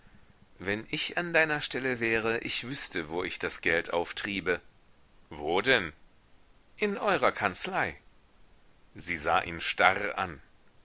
wenn ich an deiner stelle wäre ich wüßte wo ich das geld auftriebe wo denn in eurer kanzlei sie sah ihn starr an